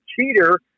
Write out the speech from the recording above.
cheater